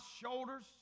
shoulders